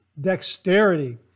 dexterity